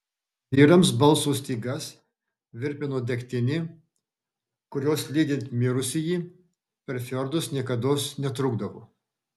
vyrams balso stygas virpino degtinė kurios lydint mirusįjį per fjordus niekados netrūkdavo